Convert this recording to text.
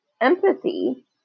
empathy